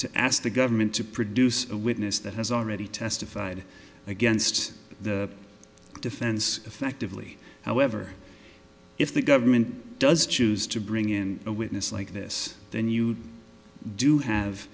to ask the government to produce a witness that has already testified against the defense effectively however if the government does choose to bring in a witness like this then you do have